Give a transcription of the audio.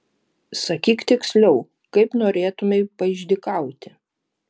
sakyk tiksliau kaip norėtumei paišdykauti